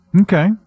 Okay